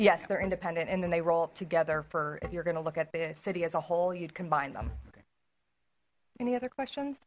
yes they're independent and then they roll up together for if you're gonna look at the city as a whole you'd combine them any other questions